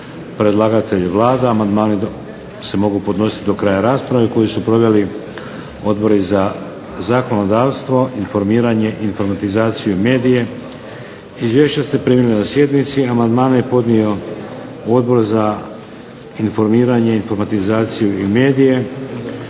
Predlagatelj je Vlada. Amandmani se mogu podnositi do kraja rasprave koju su proveli Odbori za zakonodavstvo, informiranje, informatizaciju i medije. Izvješća ste primili na sjednici. Amandmane je podnio Odbor za informiranje, informatizaciju i medije.